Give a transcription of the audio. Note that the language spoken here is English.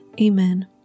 Amen